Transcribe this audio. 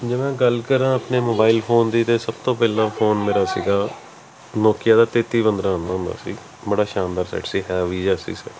ਜਿਵੇਂ ਗੱਲ ਕਰਾਂ ਆਪਣੇ ਮੋਬਾਈਲ ਫੋਨ ਦੀ ਤਾਂ ਸਭ ਤੋਂ ਪਹਿਲਾਂ ਫੋਨ ਮੇਰਾ ਸੀਗਾ ਨੋਕੀਆ ਦਾ ਤੇਤੀ ਪੰਦਰ੍ਹਾਂ ਆਉਂਦਾ ਹੁੰਦਾ ਸੀ ਬੜਾ ਸ਼ਾਨਦਾਰ ਸੈਟ ਸੀ ਹੈਵੀ ਜਿਹਾ ਸੀ ਸੈਟ